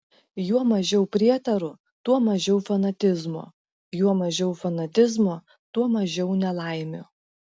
juo mažiau prietarų tuo mažiau fanatizmo juo mažiau fanatizmo tuo mažiau nelaimių